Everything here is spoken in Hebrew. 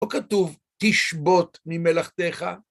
לא כתוב תשבות ממלאכתך.